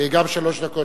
שלוש דקות,